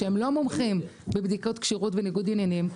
שהם לא מומחים בבדיקות כשירות וניגוד עניינים,